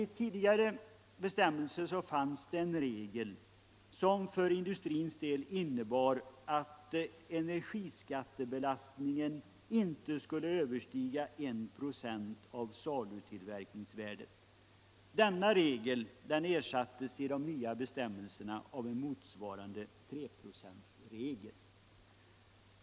I tidigare bestämmelser fanns en regel som för industrins del innebar att energibelastningen inte skulle överstiga 1 96 av salutillverkningsvärdet. Denna regel ersattes i de nya bestämmelserna av en motsvarande 3-procentsregel.